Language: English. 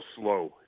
slow